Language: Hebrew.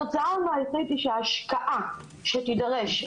התוצאה המעשית היא שהשקעה שתידרש,